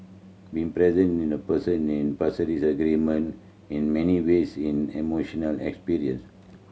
being present in a person Paris Agreement in many ways an emotional experience